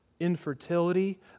Infertility